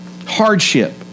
hardship